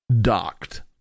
docked